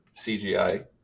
CGI